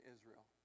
Israel